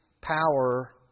power